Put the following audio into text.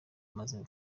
amaze